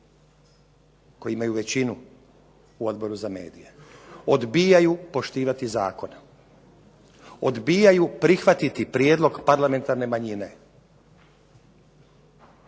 koji imaju većinu u Odboru za medije odbijaju poštivati zakon, odbijaju prihvatiti prijedlog parlamentarne manjine.